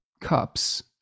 cups